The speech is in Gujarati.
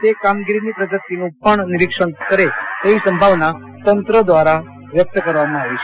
તે કામગીરીની પ્રગતિનું પણ નીરિક્ષણ કરે તેવી સભાવના તંત્ર દવારા વ્યકત કરવામાં આવો છે